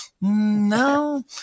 no